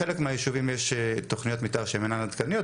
בחלק מהיישובים יש תכניות מתאר שהין אינן עדכניות,